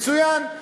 מצוין.